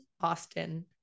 Austin